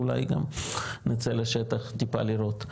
אולי גם נצא לשטח טיפה לראות,